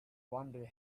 wondered